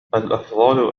الأفضل